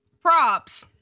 props